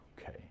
okay